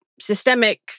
systemic